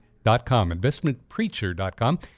Investmentpreacher.com